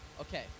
Okay